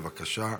בבקשה,